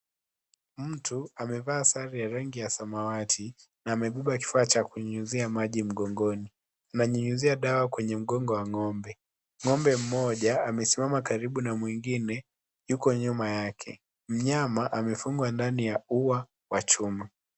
Mtu amevaa sare ya rangi ya samawati na amebeba kifaa cha kunyunyizia maji mgongoni. Ananyunyizia dawa kwenye mgongo wa ng'ombe. Ng'ombe mmoja amesimama karibu na mwingine yuko nyuma yake. Mnyama amefungwa ndani ya ua wa chuma.